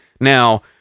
Now